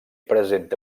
presenta